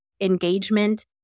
engagement